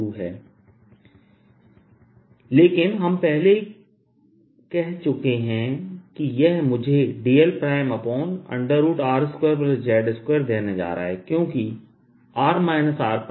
3है लेकिन हम पहले ही कह चुके हैं कि यह मुझे dlR2z2 देने जा रहा है क्योंकि r r